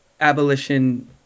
abolition